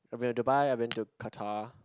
I've been to Dubai I've been to Qatar